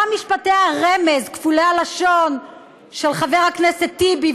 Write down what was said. גם משפטי הרמז כפולי הלשון של חבר הכנסת טיבי,